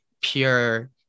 pure